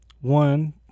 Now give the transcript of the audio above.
one